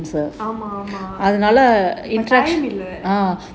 ஆமா ஆமா:aamaa aamaa time இல்ல:illa